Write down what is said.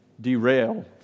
derail